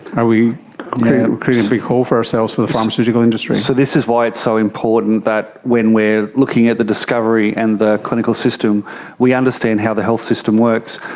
are we creating a big hole for ourselves for the pharmaceutical industry? so this is why it's so important that when we are looking at the discovery and the clinical system we understand how the health system works.